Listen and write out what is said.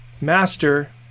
Master